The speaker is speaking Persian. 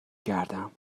کردم